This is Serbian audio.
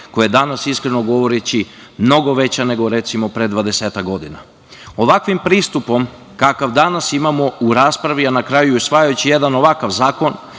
koja je danas, iskreno govoreći, mnogo veća nego pre 20-ak godina. Ovakvim pristupom kakav danas imamo u raspravi i usvajajući jedan ovakav zakon